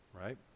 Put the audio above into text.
right